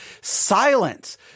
silence